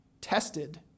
tested